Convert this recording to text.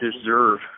deserve